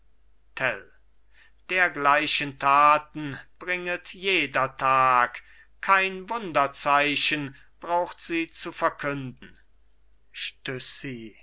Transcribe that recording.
dergleichen taten bringet jeder tag kein wunderzeichen braucht sie zu verkünden